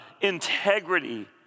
integrity